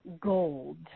gold